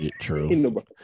True